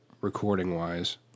recording-wise